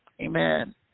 amen